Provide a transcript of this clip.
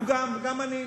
הוא גם, גם אני.